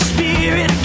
Spirit